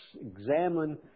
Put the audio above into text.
examine